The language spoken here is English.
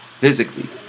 physically